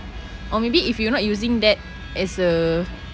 or maybe if you not using that as a